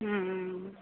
ওম